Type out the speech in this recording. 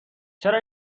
چرا